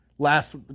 Last